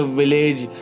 village